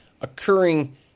occurring